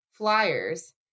flyers